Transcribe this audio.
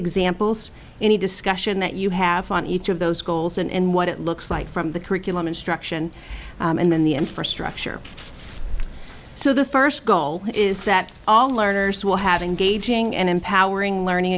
examples any discussion that you have on each of those goals and what it looks like from the curriculum instruction and then the infrastructure so the first goal is that all learners will having gaging and empowering learning